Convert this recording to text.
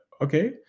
okay